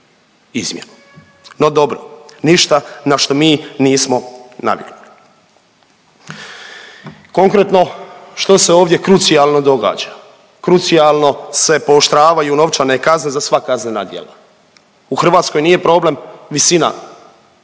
izmjenu. No dobro, ništa na što mi nismo naviknuli. Konkretno, što se ovdje krucijalno događa? Krucijalno se pooštravaju novčane kazne za sva kaznena djela. U Hrvatskoj nije problem visina